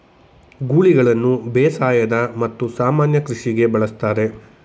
ಗೂಳಿಗಳನ್ನು ಬೇಸಾಯದ ಮತ್ತು ಸಾಮಾನ್ಯ ಕೃಷಿಗೆ ಬಳಸ್ತರೆ